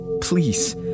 Please